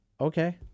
Okay